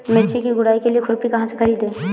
मिर्च की गुड़ाई के लिए खुरपी कहाँ से ख़रीदे?